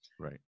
Right